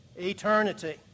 Eternity